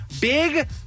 big